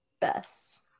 best